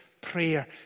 prayer